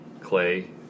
Clay